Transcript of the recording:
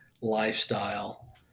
lifestyle